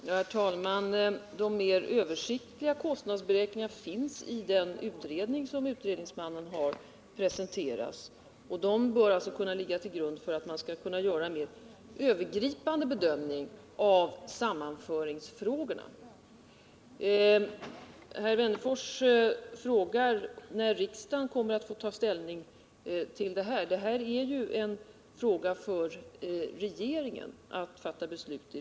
Herr talman! De mer översiktliga kostnadsberäkningarna finns i den utredning som utredningsmannen har presenterat, och de bör kunna ligga till grund för en mera övergripande bedömning av sammanföringsfrågorna. Herr Wennerfors frågar när riksdagen kommer att få ta ställning till detta ärende. Det gäller dock en fråga där regeringen fattar beslut.